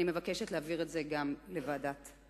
גם אני מבקשת להעביר את הנושא לוועדת העבודה,